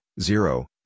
Zero